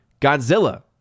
Godzilla